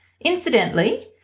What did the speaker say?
Incidentally